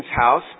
house